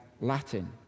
Latin